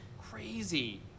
crazy